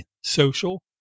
social